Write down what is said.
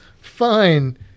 fine